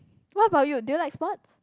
what about you do you like sport